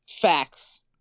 facts